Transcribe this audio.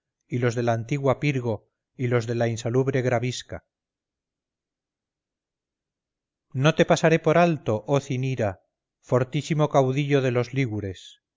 y los de la antigua pirgo y los de la insalubre gravisca no te pasaré por alto oh cinira fortísimo caudillo de los lígures